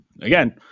again